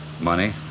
Money